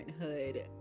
parenthood